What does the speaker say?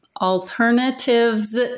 alternatives